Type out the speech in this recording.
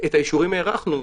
את האישורים הארכנו.